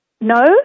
No